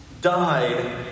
died